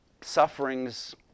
sufferings